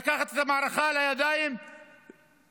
לקחת את המערכה לידיים ולנצח,